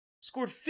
scored